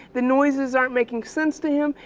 the noises aren't making sense to him,